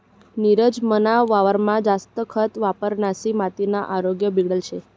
नीरज मना वावरमा जास्त खत वापरिसनी मातीना आरोग्य बिगडेल शे